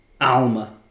Alma